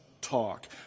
talk